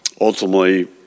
Ultimately